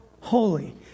holy